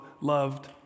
loved